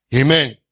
Amen